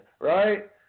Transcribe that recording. right